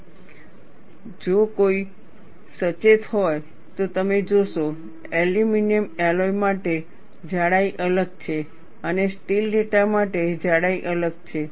અને જો કોઈ સચેત હોય તો તમે જોશો એલ્યુમિનિયમ એલોય માટે જાડાઈ અલગ છે અને સ્ટીલ ડેટા માટે જાડાઈ અલગ છે